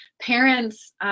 parents